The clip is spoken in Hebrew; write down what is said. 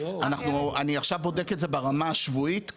אני עכשיו בודק את זה ברמה השבועית,